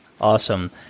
Awesome